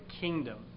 kingdom